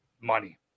money